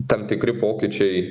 tam tikri pokyčiai